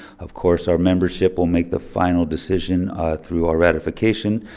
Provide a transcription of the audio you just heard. of course our membership will make the final decision through our ratification.